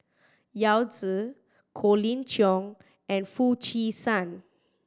Yao Zi Colin Cheong and Foo Chee San